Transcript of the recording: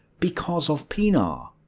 because of pienaar.